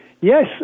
Yes